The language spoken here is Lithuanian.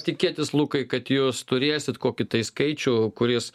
tikėtis lukai kad jūs turėsit kokį tai skaičių kuris